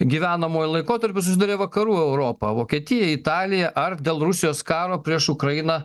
gyvenamuoju laikotarpiu susiduria vakarų europa vokietija italija ar dėl rusijos karo prieš ukrainą